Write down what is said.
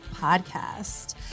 Podcast